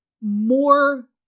more